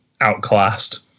outclassed